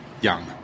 young